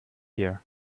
here